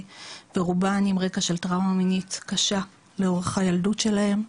ורובן עם רקע של טראומה מינית קשה לאורך הילדות שלהן.